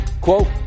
Quote